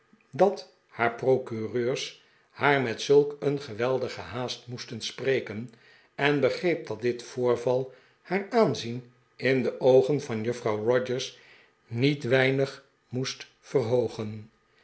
dat haar procureurs haar met zulk een geweldige haast moesten spreken en begreep dat dit voorval haar aanzien in de oogen van juffrouw rogers niet weinig moest